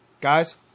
Guys